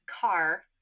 car